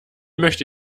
möchte